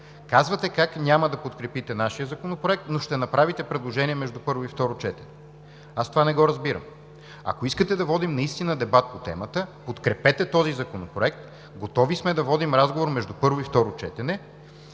Казвате как няма да подкрепите нашия законопроект, но ще направите предложения между първо и второ четене. Аз това не го разбирам. Ако искате да водим наистина дебат по темата, подкрепете този законопроект, готови сме да водим разговор между първо и второ четене,